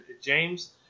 james